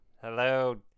Hello